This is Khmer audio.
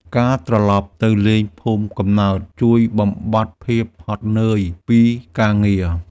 ការត្រឡប់ទៅលេងភូមិកំណើត ជួយបំបាត់ភាពហត់នឿយពីការងារ។